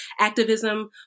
activism